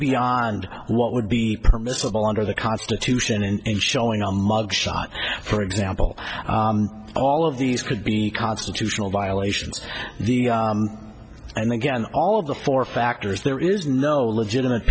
beyond what would be permissible under the constitution and showing a mug shot for example all of these could be constitutional violations and again all of the four factors there is no legitimate